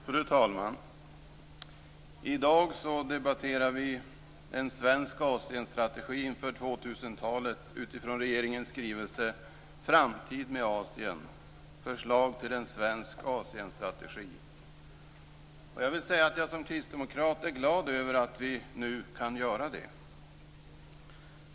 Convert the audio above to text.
Fru talman! I dag debatterar vi en svensk Asienstrategi inför 2000-talet utifrån regeringens skrivelse Framtid med Asien med förslag till en svensk Asienstrategi, och jag vill säga att jag som kristdemokrat är glad över att vi nu kan göra det.